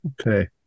Okay